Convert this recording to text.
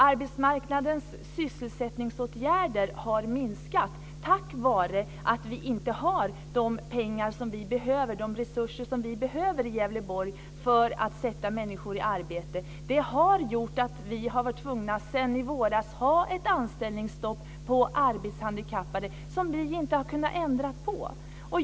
Arbetsmarknadens sysselsättningsåtgärder har minskat tack vare att vi inte har de resurser som vi behöver i Gävleborg för att sätta människor i arbete. Det har gjort att man i våras införde ett anställningsstopp för arbetshandikappade.